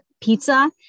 pizza